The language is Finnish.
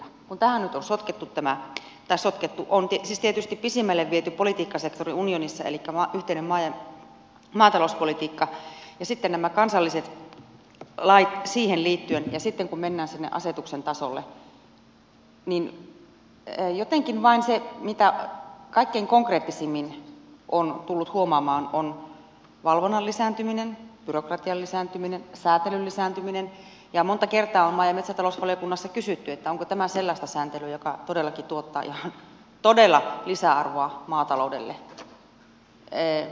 kun tähän nyt on sotkettu nämä kaikki siis pisimmälle viety politiikkasektori unionissa elikkä yhteinen maatalouspolitiikka ja sitten nämä kansalliset lait siihen liittyen ja sitten kun mennään sinne asetuksen tasolle niin jotenkin vain se mitä kaikkein konkreettisimmin on tullut huomaamaan on valvonnan lisääntyminen byrokratian lisääntyminen sääntelyn lisääntymisen ja monta kertaa on maa ja metsätalousvaliokunnassa kysytty että onko tämä sellaista sääntelyä joka todellakin tuottaa ihan todella lisäarvoa maataloudelle